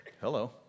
Hello